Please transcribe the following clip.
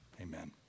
Amen